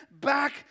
back